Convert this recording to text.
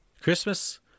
Christmas